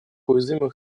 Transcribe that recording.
уязвимых